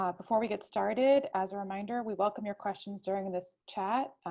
ah before we get started, as a reminder, we welcome your questions during this chat.